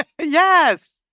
Yes